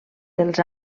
dels